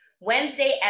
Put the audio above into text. Wednesday